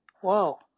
Whoa